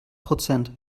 prozent